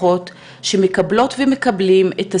שמקבלות ומקבלים את הסירוב.